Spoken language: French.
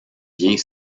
vient